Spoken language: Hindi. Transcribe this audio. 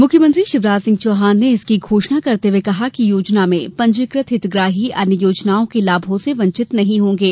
मुख्यमंत्री शिवराज सिंह चौहान ने इसकी घोषणा करते हुए कहा कि योजना में पंजीकृत हितग्राही अन्य योजनाओं के लाभों से वंचित नहीं होंगे